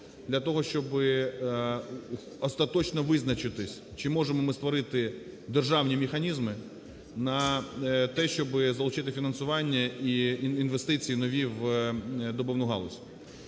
для того, щоби остаточно визначитись, чи можемо ми створити державні механізми на те, щоби залучити фінансування і інвестиції нові в добувну галузь.